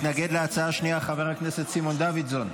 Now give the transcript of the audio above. מתנגד להצעה השנייה, חבר הכנסת סימון דוידסון.